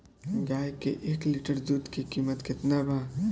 गाय के एक लीटर दूध के कीमत केतना बा?